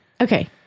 Okay